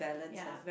ya